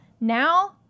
Now